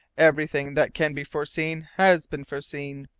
everything that can be foreseen has been foreseen,